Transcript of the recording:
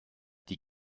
die